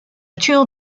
tour